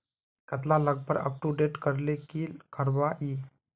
कतला लगवार अपटूडेट करले की करवा ई?